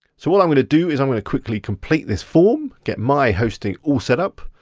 so all i'm gonna do is i'm gonna quickly complete this form, get my hosting all set up,